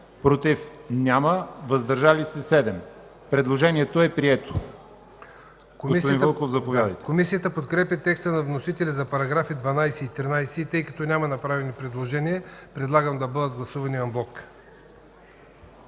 против няма, въздържали се 3. Предложението е прието. ДОКЛАДЧИК ИВАН ВЪЛКОВ: Комисията подкрепя текста на вносителя за параграфи 15 и 16. Тъй като няма направени предложния, предлагам да бъдат гласувани анблок.